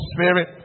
Spirit